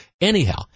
Anyhow